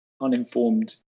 uninformed